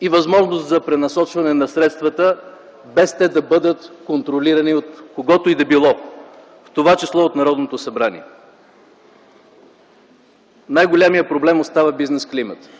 и възможност за пренасочване на средствата без те да бъдат контролирани от когото и да било, в това число от Народното събрание. Най-големият проблем остава бизнес климатът.